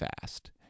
fast